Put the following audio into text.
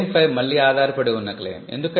claim 5 మళ్ళీ ఆధారపడి ఉన్న క్లెయిమ్